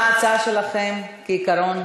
רק מה ההצעה שלכם, כעיקרון?